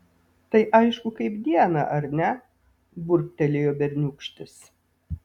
tai aišku kaip dieną ar ne burbtelėjo berniūkštis